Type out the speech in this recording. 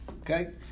Okay